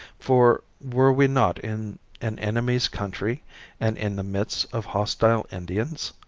for were we not in an enemy's country and in the midst of hostile indians?